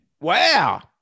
wow